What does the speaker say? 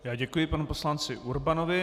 Já děkuji panu poslanci Urbanovi.